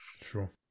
Sure